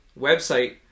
website